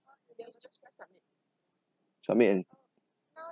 submit and